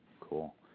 Cool